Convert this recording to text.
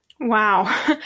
Wow